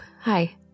hi